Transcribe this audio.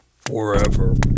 Forever